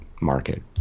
market